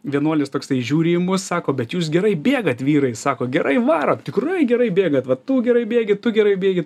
vienuolis toksai žiūri į mus sako bet jūs gerai bėgat vyrai sako gerai varot tikrai gerai bėgat vat tu gerai bėgi tu gerai bėgi